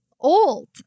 old